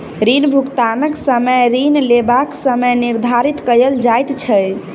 ऋण भुगतानक समय ऋण लेबाक समय निर्धारित कयल जाइत छै